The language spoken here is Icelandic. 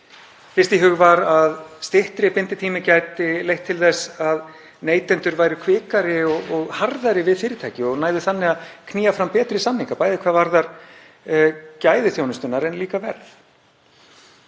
fyrst í hug var að styttri binditími gæti leitt til þess að neytendur væru kvikari og harðari við fyrirtæki og næðu þannig að knýja fram betri samninga, bæði hvað varðar gæði þjónustunnar en líka verð.